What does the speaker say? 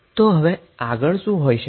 તો હવે પછીનુ શું છે